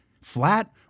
flat